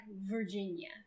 Virginia